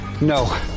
No